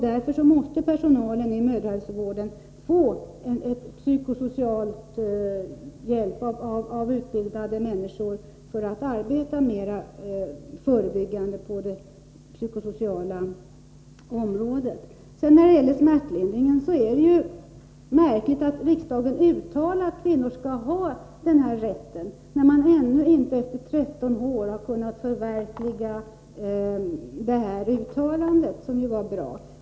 Därför måste personalen i mödrahälsovården få hjälp av psykosocialt utbildad personal för att kunna arbeta mer förebyggande på det psykosociala området. När det gäller smärtlindring är det märkligt att man på 13 år inte har kunnat förverkliga det uttalande som riksdagen gjort att kvinnor skall ha rätt till smärtlindring.